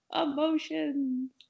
Emotions